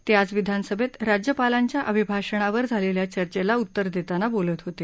ते आज विधानसभेत राज्यपालांच्या अभिभाषणांवर झालेल्या चर्चेला उत्तर देतांना बोलत होते